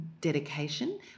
dedication